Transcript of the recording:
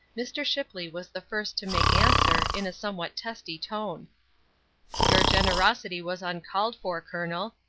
mr. shipley was the first to make answer, in a somewhat testy tone your generosity was uncalled for, colonel.